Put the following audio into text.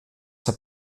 habt